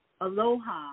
aloha